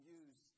use